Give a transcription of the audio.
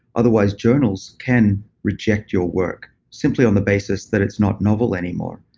otherwise, journals can reject your work simply on the basis that it's not noble anymore.